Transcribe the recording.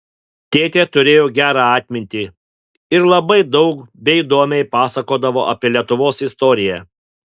tėtė turėjo gerą atmintį ir labai daug bei įdomiai pasakodavo apie lietuvos istoriją